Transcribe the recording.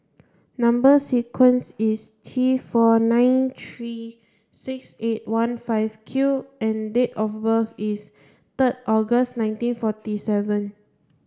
number sequence is T four nine three six eight one five Q and date of birth is third August nineteen forty seven